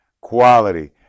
quality